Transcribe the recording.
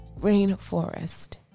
rainforest